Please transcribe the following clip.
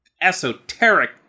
esoteric